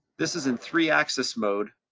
this is in three axis mode,